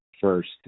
first